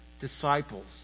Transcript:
disciples